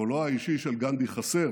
קולו האישי של גנדי חסר,